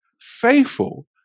faithful